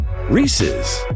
Reese's